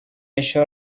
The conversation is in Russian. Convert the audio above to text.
еще